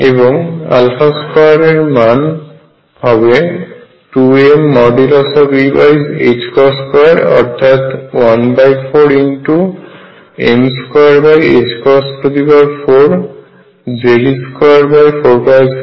এবং 2 এর মান হবে 2mE2 অর্থাৎ 14m24Ze24π02 এর সমান